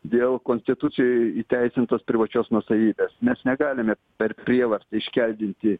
dėl konstitucijoj įteisintos privačios nuosavybės mes negalime per prievartą iškeldinti